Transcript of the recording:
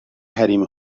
حریم